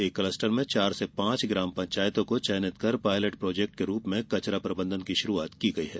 एक क्लस्टर में चार से पाँच ग्राम पंचायतों को चयनित कर पायलट प्रोजेक्ट के रूप में कचरा प्रबंधन की शुरूआत की गई है